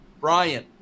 Brian